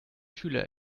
schüler